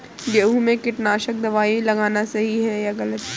गेहूँ में कीटनाशक दबाई लगाना सही है या गलत?